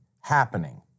happening